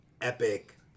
epic